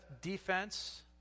defense